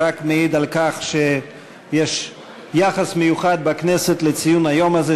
זה רק מעיד על כך שיש יחס מיוחד בכנסת לציון היום הזה,